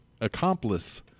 accomplice